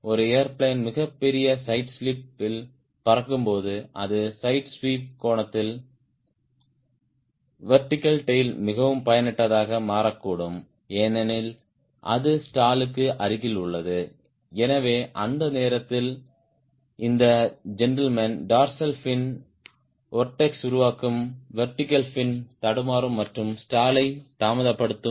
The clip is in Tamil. ஒரு ஏர்பிளேன் மிகப்பெரிய சைடு ஸ்லிப் ல் பறக்கும்போது அந்த சைடு ஸ்லிப் கோணத்தில் வெர்டிகல் டேய்ல் மிகவும் பயனற்றதாக மாறக்கூடும் ஏனெனில் அது ஸ்டால்க்கு அருகில் உள்ளது எனவே அந்த நேரத்தில் இந்த ஜென்டில்மேன் டார்சல் ஃபின் வொர்ட்ஸ் உருவாக்கும் வெர்டிகல் பின் தடுமாறும் மற்றும் ஸ்டாலை தாமதப்படுத்தும்